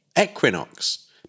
equinox